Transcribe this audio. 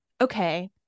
okay